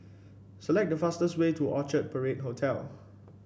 select the fastest way to Orchard Parade Hotel